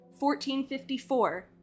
1454